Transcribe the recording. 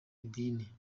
idini